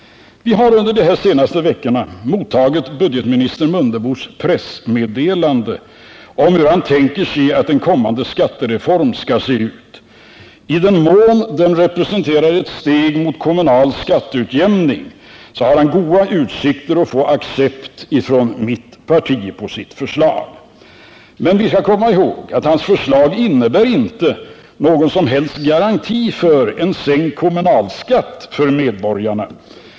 Vi har under de senaste veckorna mottagit budgetminister Mundebos pressmeddelande om hur han tänkt sig att den kommande skattereformen skall se ut. I den mån den representerar ett steg mot kommunal skatteutjämning har han goda utsikter att få accept från mitt parti på sitt förslag. Men vi skall komma ihåg att hans förslag inte innebär någon som helst garanti för sänkt kommunalskatt för medborgarna.